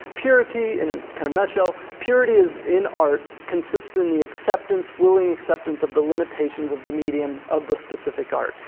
purity in a kind of nutshell, purity in art consists in the acceptance, willing acceptance of the limitations of the medium of the specific art.